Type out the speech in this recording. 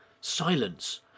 Silence